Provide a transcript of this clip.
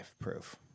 proof